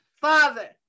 Father